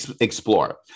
explore